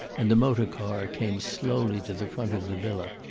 and the motor-car came slowly to the front of the villa.